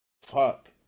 fuck